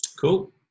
Cool